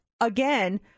again